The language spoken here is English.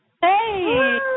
hey